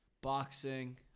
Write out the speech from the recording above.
boxing